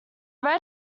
red